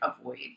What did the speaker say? avoid